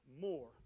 more